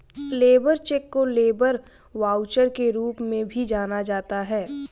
labour cheque को labour voucher के रूप में भी जाना जाता है